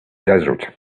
desert